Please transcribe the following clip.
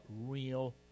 real